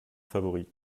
favori